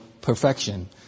perfection